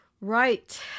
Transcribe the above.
right